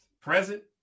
present